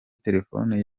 telefoni